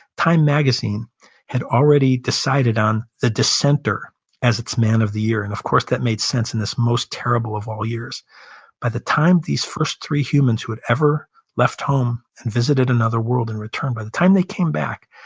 time magazine had already decided on the dissenter as its man of the year. and of course that made sense in this most terrible of all years by the time these first three humans who had ever left home and visit another world and returned, by the time they came back,